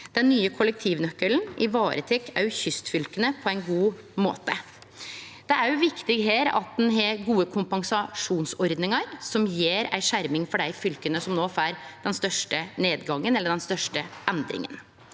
Den nye kollektivnykelen varetek òg kystfylka på ein god måte. Det er òg viktig at ein har gode kompensasjonsordningar som gjev ei skjerming for dei fylka som no får den største nedgangen eller endringa.